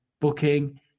booking